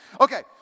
Okay